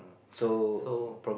so